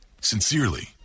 Sincerely